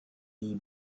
die